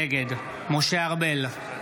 נגד משה ארבל,